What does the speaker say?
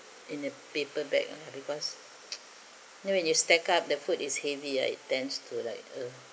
in a paper bag ah because you know when you stack up the food is heavy ah it tends to like uh